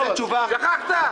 שכחת?